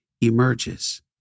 emerges